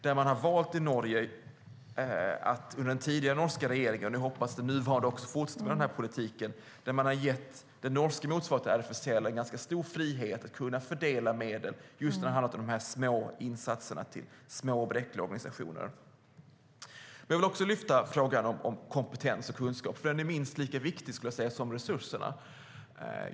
Där har man valt att under den tidigare norska regeringen - och jag hoppas att den nuvarande fortsätter med denna politik - ge den norska motsvarigheten till RFSL en ganska stor frihet att kunna fördela medel just när det har handlat om de små insatserna till små och bräckliga organisationer. Jag vill också lyfta frågan om kompetens och kunskap, för den är minst lika viktig som resurserna.